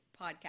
podcast